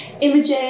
images